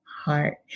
heart